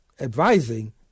advising